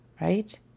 Right